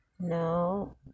no